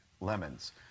Lemons